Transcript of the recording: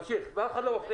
מבקש שאף אחד לא יפריע